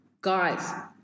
guys